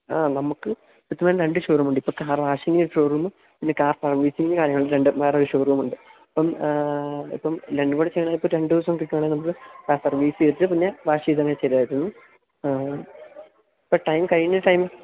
ആ നമുക്ക് ഇപ്പോള്ത്തന്നെ രണ്ട് ഷോറൂമുണ്ട് ഇപ്പോഴത്തെ കാർ വാഷിംഗ് ഷോറൂം പിന്നെ കാർ സർവീസിങ്ങും അങ്ങനെ രണ്ട് വേറെ ഒരു ഷോറൂമുണ്ട് അപ്പോള് ഇപ്പോള് രണ്ടും കൂടെ ചെയ്യണമെങ്കിൽ ഇപ്പോള് രണ്ടു ദിവസം കിട്ടുവാണെങ്കില് നമുക്ക് കാര് സർവീസെയ്തിട്ട് പിന്നെ വാഷ്യ്തങ്ങു ചെയ്യാമായിരുന്നു ഇപ്പോള് ടൈം കഴിഞ്ഞ ടൈം